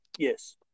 Yes